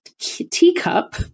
teacup